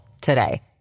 today